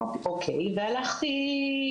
אמרתי אוקיי, והלכתי.